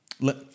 Let